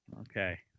Okay